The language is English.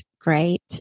great